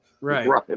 Right